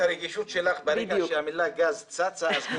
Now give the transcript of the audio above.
כמו שרם בן ברק הופיע פה.